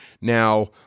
Now